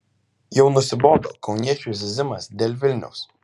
jau nusibodo kauniečių zyzimas dėl vilniaus